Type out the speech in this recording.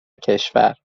کشور